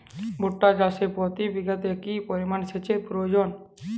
ভুট্টা চাষে প্রতি বিঘাতে কি পরিমান সেচের প্রয়োজন?